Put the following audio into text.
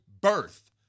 birth